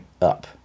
up